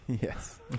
Yes